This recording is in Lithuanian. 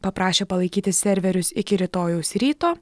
paprašė palaikyti serverius iki rytojaus ryto